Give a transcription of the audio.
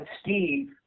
Steve